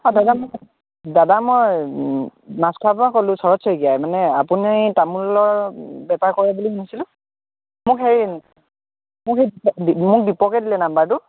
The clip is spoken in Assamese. হয় দাদা মোক দাদা মই মাছখোৱাৰ পৰা ক'লোঁ শৰত শইকীয়া মানে আপুনি তামোলৰ বেপাৰ কৰে বুলি শুনিছিলোঁ মোক সেই মোক দীপকে দিলে নম্বৰটো